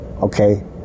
Okay